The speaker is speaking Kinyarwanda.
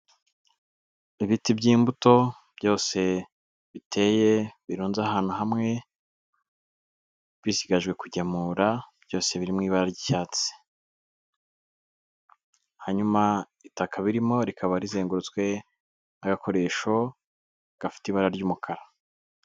Ibiti by'imbuto byose biteye birunze ahantu hamwe, bisigaje kugemura byose ibara ry'icyatsi, hanyuma itaka birimo rikaba rizengurutswe n'agakoresho gafite ibara ry'umukara.